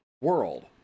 world